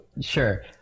sure